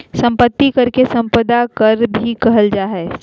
संपत्ति कर के सम्पदा कर भी कहल जा हइ